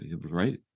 Right